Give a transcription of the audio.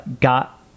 got